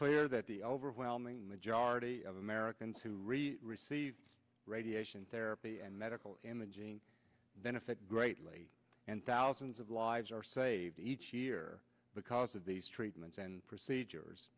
clear that the overwhelming majority of americans who really receive radiation therapy and medical imaging benefit greatly and thousands of lives are saved each year because of these treatments and procedures